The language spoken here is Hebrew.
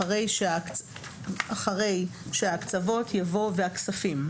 אחרי "שההקצבות" יבוא "והכספים"